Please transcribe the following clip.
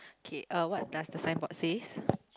okay uh what does the signboard says